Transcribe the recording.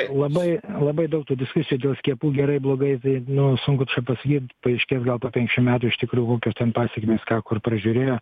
labai labai daug tų diskusijų dėl skiepų gerai blogai taip nu sunku čia pasakyt paaiškės gal po penkšim metų iš tikrų kokios ten pasekmės ką kur prižiūrėjo